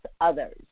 others